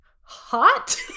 hot